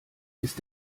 ist